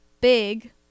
Big